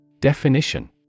Definition